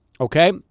okay